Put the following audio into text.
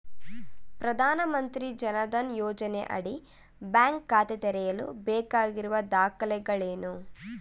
ಪ್ರಧಾನಮಂತ್ರಿ ಜನ್ ಧನ್ ಯೋಜನೆಯಡಿ ಬ್ಯಾಂಕ್ ಖಾತೆ ತೆರೆಯಲು ಬೇಕಾಗಿರುವ ದಾಖಲೆಗಳೇನು?